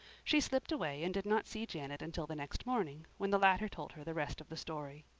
she slipped away and did not see janet until the next morning, when the latter told her the rest of the story.